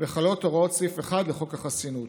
וחלות הוראות סעיף 1" לחוק החסינות,